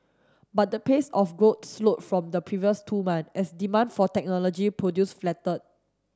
but the pace of growth slowed from the previous two month as demand for technology produce flatter